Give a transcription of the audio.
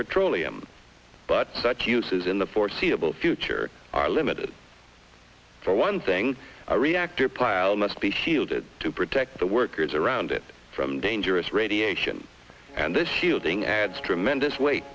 petroleum but such uses in the foreseeable future are limited for one thing a reactor pile must be shielded to protect the workers around it from dangerous radiation and this shielding adds tremendous weight